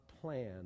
plan